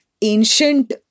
ancient